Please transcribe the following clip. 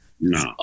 No